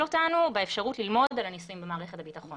אותנו באפשרות ללמוד על הניסויים במערכת הביטחון,